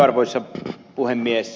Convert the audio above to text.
arvoisa puhemies